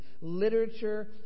literature